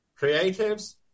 creatives